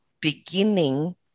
beginning